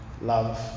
love